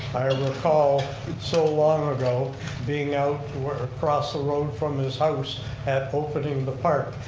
i recall so long ago being out across the road from his house at opening the park,